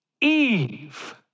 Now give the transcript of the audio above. Eve